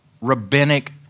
rabbinic